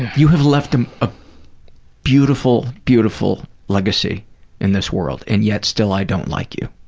you have left a ah beautiful, beautiful legacy in this world, and yet still i don't like you.